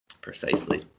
Precisely